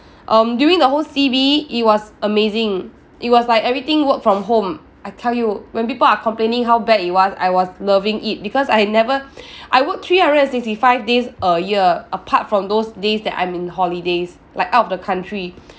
um during the whole C_B it was amazing it was like everything work from home I tell you when people are complaining how bad it was I was loving it because I never I work three hundred and sixty five days a year apart from those days that I'm in holidays like out of the country